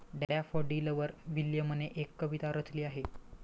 डॅफोडिलवर विल्यमने एक कविता रचली आहे